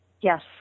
yes